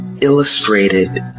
illustrated